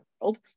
world